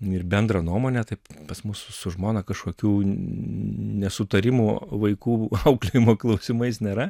ir bendrą nuomonę taip pas mus su žmona kažkokių nesutarimų vaikų auklėjimo klausimais nėra